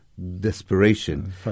desperation